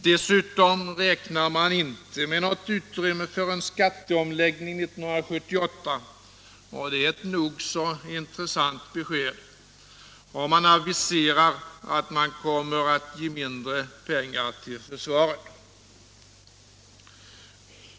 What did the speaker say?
Dessutom räknar man inte med något utrymme för en skatteomläggning 1978, och det är ett nog så intressant besked, och man aviserar att man kommer att ge mindre med pengar till försvaret.